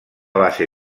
base